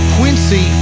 Quincy